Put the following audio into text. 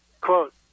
Quote